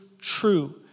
true